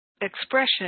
Expression